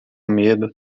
medo